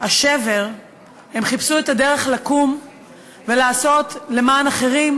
השבר הם חיפשו את הדרך לקום ולעשות למען אחרים,